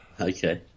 Okay